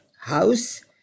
house